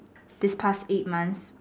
this past eight months